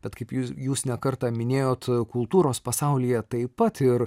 bet kaip jūs jūs ne kartą minėjot kultūros pasaulyje taip pat ir